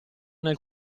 nel